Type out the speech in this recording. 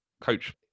coach